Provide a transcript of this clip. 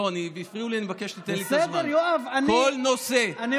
לא, הפריעו לי, אני מבקש שתיתן לי את הזמן.